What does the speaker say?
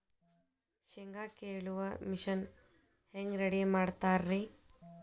ಶೇಂಗಾ ಕೇಳುವ ಮಿಷನ್ ಹೆಂಗ್ ರೆಡಿ ಮಾಡತಾರ ರಿ?